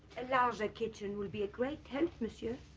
and now the kitchen will be a great tent monsieur